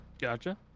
Gotcha